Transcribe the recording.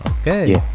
Okay